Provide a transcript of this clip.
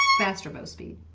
faster bow speed,